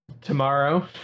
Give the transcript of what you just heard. tomorrow